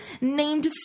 named